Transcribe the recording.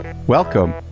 Welcome